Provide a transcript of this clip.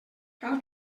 cal